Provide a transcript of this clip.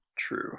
True